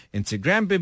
Instagram